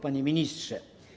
Panie Ministrze!